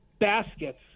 baskets